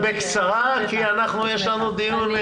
בקצרה, כי יש לנו דיון.